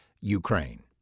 Ukraine